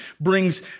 brings